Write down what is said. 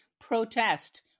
protest